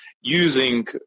using